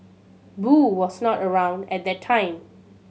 boo was not around at the time